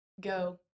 go